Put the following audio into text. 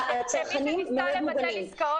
האם ניסית לבטל עסקאות?